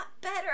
better